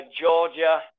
Georgia